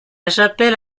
chapelle